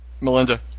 Melinda